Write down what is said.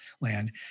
land